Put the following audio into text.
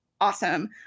awesome